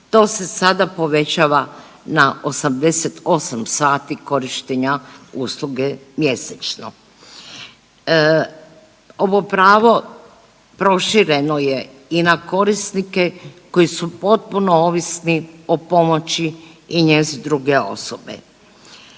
To se sada povećava na 88 sati korištenja usluge mjesečno. Ovo pravo prošireno je i na korisnike koji su potpuno ovisni o pomoći i njezi druge osobe.